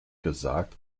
gesagt